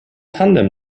tandem